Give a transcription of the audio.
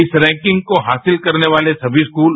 इस रैंकिंग को हासिल करने वाले सभी स्कूल